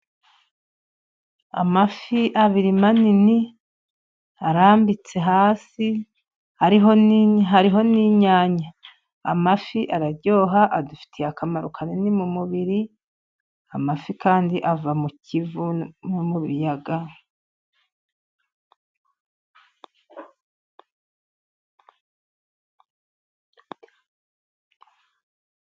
Amafi abiri manini arambitse hasi hariho n'inyanya, amafi araryoha adufitiye akamaro kanini mu mubiri, amafi kandi ava mu kiyaga.